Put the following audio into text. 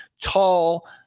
tall